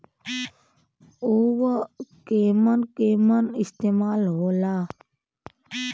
उव केमन केमन इस्तेमाल हो ला?